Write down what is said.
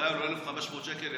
1,500 שקל,